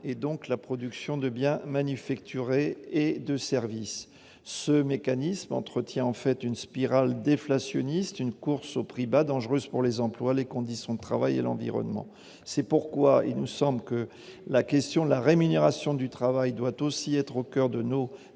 donc la production de biens manufacturés et de services. Ce mécanisme entretient en fait une spirale déflationniste, une course aux prix bas dangereuse pour les emplois, les conditions de travail et l'environnement. C'est pourquoi il nous semble que la question de la rémunération du travail doit être au coeur de nos travaux,